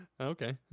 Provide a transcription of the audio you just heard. Okay